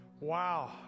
Wow